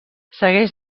segueix